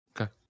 Okay